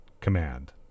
command